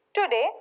today